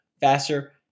faster